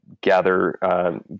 gather